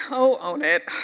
oh, own it,